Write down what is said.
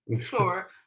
sure